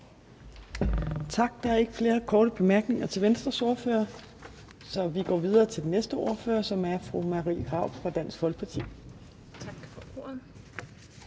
Tak. Der er ikke flere korte bemærkninger til Venstres ordfører. Og så går vi videre til den næste ordfører, som er fru Marie Krarup fra Dansk Folkeparti. Kl.